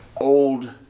old